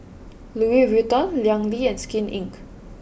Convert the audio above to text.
Louis Vuitton Liang Yi and Skin Inc